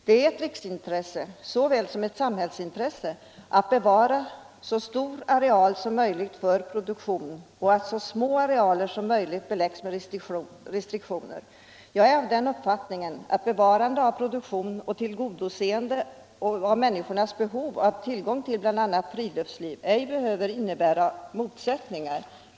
Det är ett riksintresse såväl som ett samhällsintresse att så stor areal som möjligt bevaras för produktion och att så små arealer som möjligt beläggs med restriktioner. Jag är av den uppfattningen att bevarande av produktion och tillgodoseende av människornas behov av tillgång till mark för bl.a. friluftsliv ej behöver innebära motsättningar.